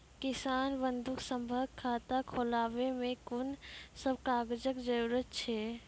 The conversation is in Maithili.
किसान बंधु सभहक खाता खोलाबै मे कून सभ कागजक जरूरत छै?